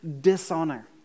dishonor